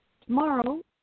tomorrow